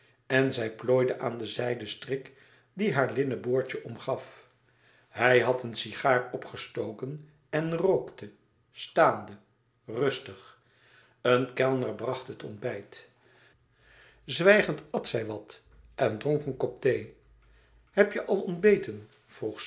en zij plooide aan den zijden strik die haar linnen boordje omgaf hij had een cigaar opgestoken en rookte staande rustig een kellner bracht het ontbijt zwijgend at zij wat en dronk een kop thee heb jij al ontbeten vroeg